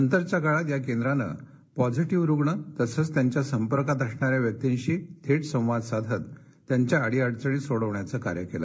नंतरच्या काळात या केंद्रानं पॉझिटिव्ह रुग्ण तसंच त्यांच्या संपर्कात असणाऱ्या व्यक्तींशी थेट संवाद साधत त्यांच्या अडीअडचणी सोडविण्याचे कार्य केलं